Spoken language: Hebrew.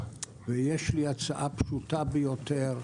ויש לי הצעה פשוטה ביותר.